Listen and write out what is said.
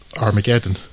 Armageddon